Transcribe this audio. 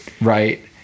Right